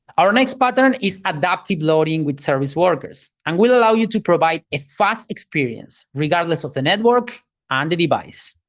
our next pattern is adaptive loading with service workers and will allow you to provide a fast experience regardless of the network and the device.